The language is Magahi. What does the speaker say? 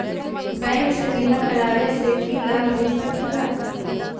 बैंक से बिमा करावे से की लाभ होई सकेला?